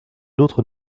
d’autre